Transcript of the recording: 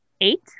Eight